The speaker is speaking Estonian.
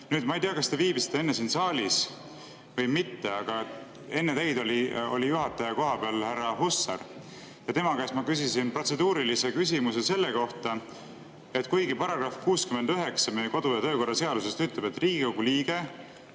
Ma ei tea, kas te viibisite enne siin saalis või mitte, aga enne teid oli juhataja koha peal härra Hussar. Tema käest ma küsisin protseduurilise küsimuse selle kohta, et § 69 meie kodu- ja töökorra seaduses ütleb, et kui Riigikogu liige